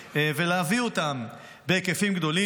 ולהביא אותם בהיקפים גדולים.